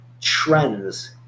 trends